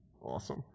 awesome